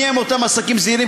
מי הם אותם עסקים זעירים,